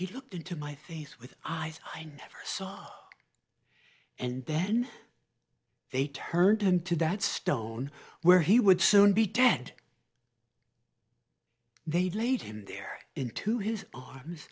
he looked into my things with eyes i never saw and then they turned into that stone where he would soon be dead they laid him there into his arms